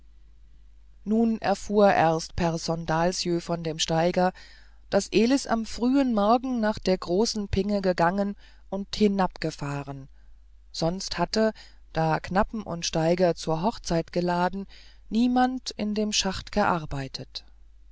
nun erfuhr erst pehrson dahlsjö von dem steiger daß elis am frühen morgen nach der großen pinge gegangen und hinabgefahren sonst hatte da knappen und steiger zur hochzeit geladen niemand in dem schacht gearbeitet